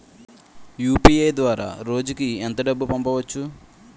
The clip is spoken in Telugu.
యు.పి.ఐ ద్వారా రోజుకి ఎంత డబ్బు పంపవచ్చు?